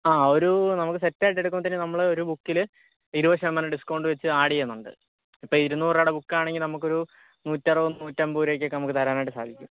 ആ ഒരു നമുക്ക് സെറ്റായിട്ട് എടുക്കുമ്പോൾ തന്നെ നമ്മള് ഒരു ബുക്കില് ഇരുപതു ശതമാനം ഡിസ്കൗണ്ട് വെച്ച് ആഡ് ചെയ്യുന്നുണ്ട് ഇപ്പോൾ ഇരുന്നൂറ് രൂപയുടെ ബുക്കാണെങ്കിൽ നമുക്കൊരു നൂറ്ററുപത് നൂറ്റമ്പത് രൂപക്കൊക്കെ നമുക്ക് തരാനായിട്ട് സാധിക്കും